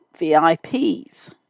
VIPs